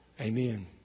Amen